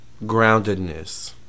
Groundedness